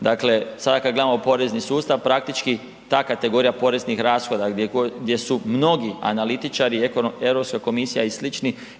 Dakle, sad kad gledamo porezni sustav, praktički ta kategorija poreznih rashoda gdje su mnogi analitičari, Europska komisija i sl.